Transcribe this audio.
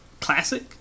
classic